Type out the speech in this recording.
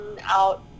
out